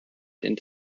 into